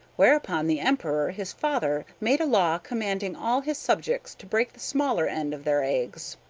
whereupon the emperor, his father, made a law commanding all his subjects to break the smaller end of their eggs.